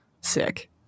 sick